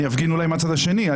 אולי אני אפגין מהצד השני.